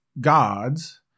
gods